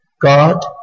God